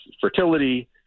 fertility